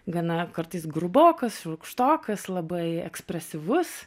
gana kartais grubokas rūgštokas labai ekspresyvus